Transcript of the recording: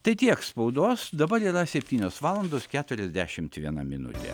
tai tiek spaudos dabar yra septynios valandos keturaisdešimt viena minutė